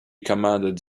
commanded